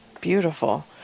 Beautiful